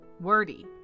Wordy